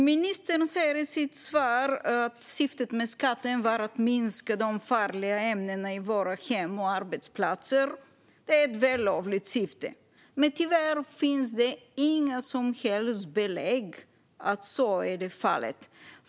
Ministern säger i sitt svar att syftet med skatten var att minska de farliga ämnena i våra hem och arbetsplatser. Det är ett vällovligt syfte. Tyvärr finns det inga som helst belägg för att så är fallet.